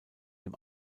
dem